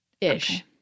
ish